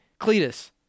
Cletus